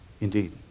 indeed